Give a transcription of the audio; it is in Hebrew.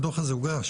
ממתי הדוח הזה הוגש,